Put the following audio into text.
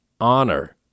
honor